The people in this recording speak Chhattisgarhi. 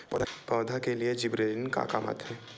पौधा के लिए जिबरेलीन का काम आथे?